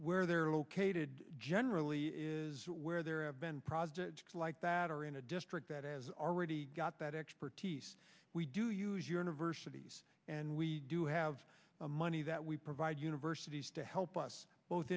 where they're located generally is where there have been proud that are in a district that is already got that expertise we do use universities and we do have the money that we provide universities to help us both